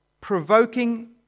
provoking